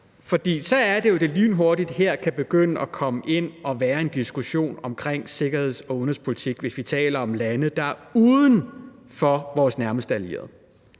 for så er det jo, at det lynhurtigt her kan blive en diskussion om sikkerheds- og udenrigspolitik, hvis vi taler om lande, der ikke er blandt vores nærmeste allierede.